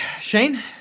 Shane